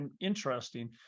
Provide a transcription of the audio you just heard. interesting